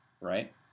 right